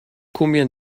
combien